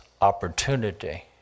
opportunity